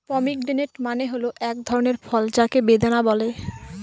pomegranate মানে হল এক ধরনের ফল যাকে বেদানা বলে